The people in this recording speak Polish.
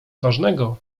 ważnego